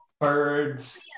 birds